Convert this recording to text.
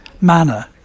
manner